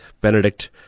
Benedict